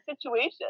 situation